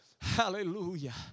Hallelujah